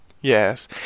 Yes